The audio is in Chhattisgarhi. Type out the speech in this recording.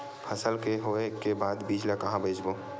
फसल के होय के बाद बीज ला कहां बेचबो?